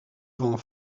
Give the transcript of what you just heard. vent